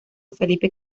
felipe